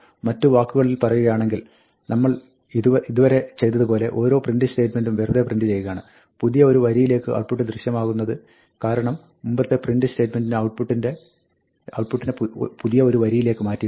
മറ്റു വാക്കുകളിൽ പറയുകയാണെങ്കിൽ നമ്മൾ ഇതുവരെ ചെയ്തതുപോലെ ഓരോ പ്രിന്റ് സ്റ്റേറ്റ്മെന്റും വെറുതെ പ്രിന്റ് ചെയ്യുകയാണ് പുതിയ ഒരു വരിയിലാണ് ഔട്ട്പുട്ട് ദൃശ്യമാകുന്നത് കാരണം മുമ്പത്തെ പ്രിന്റ് സ്റ്റേറ്റ്മെന്റ് ഔട്ട്പുട്ടിനെ പുതിയ ഒരു വരിയിലേക്ക് മാറ്റിയിട്ടുണ്ട്